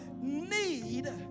need